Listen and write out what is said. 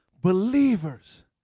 Believers